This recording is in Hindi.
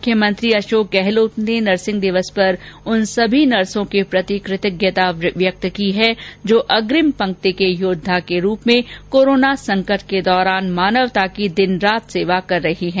मुख्यमंत्री अशोक गहलोत ने नर्सिंग दिवस पर उन सभी नर्सो के प्रति कृतज्ञता व्यक्त की है जो अग्रिम पंक्ति के योद्वा के रूप में कोरोना संकट के दौरान मानवता की दिन रात सेवा कर रही है